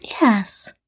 Yes